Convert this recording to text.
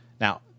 Now